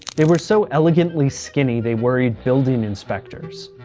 they were so elegantly skinny, they worried building inspectors.